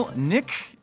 Nick